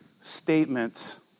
statements